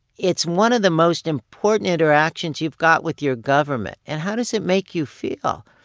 it's one of the most important interactions you've got with your government and how does it make you feel?